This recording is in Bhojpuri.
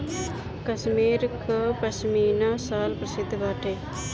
कश्मीर कअ पशमीना शाल प्रसिद्ध बाटे